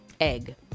egg